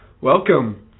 Welcome